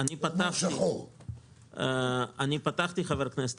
חבר הכנסת